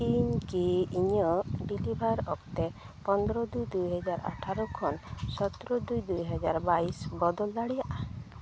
ᱤᱧᱠᱤ ᱤᱧᱟᱹᱜ ᱰᱮᱞᱤᱵᱷᱟᱨ ᱚᱠᱛᱮ ᱯᱚᱱᱨᱚ ᱫᱩᱭ ᱫᱩᱭᱦᱟᱡᱟᱨ ᱟᱴᱷᱟᱨᱚ ᱠᱷᱚᱱ ᱥᱚᱛᱨᱚ ᱫᱩᱭ ᱫᱩᱦᱟᱡᱟᱨ ᱵᱟᱭᱤᱥ ᱵᱚᱫᱚᱞ ᱫᱟᱲᱮᱭᱟᱜᱼᱟ